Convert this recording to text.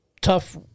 tough